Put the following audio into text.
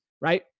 right